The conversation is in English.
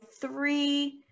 three